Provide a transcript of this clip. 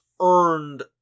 earned